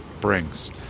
brings